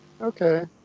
Okay